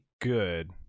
good